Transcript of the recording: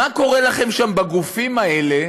מה קורה לכם שם בגופים האלה